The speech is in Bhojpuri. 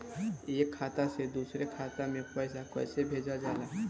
एक खाता से दुसरे खाता मे पैसा कैसे भेजल जाला?